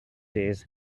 days